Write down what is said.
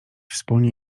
wspólnie